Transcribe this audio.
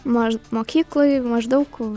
mokykloj maždaug